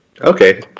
Okay